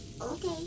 okay